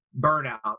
burnout